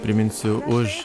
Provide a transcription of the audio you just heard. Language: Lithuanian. priminsiu už